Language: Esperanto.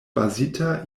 bazita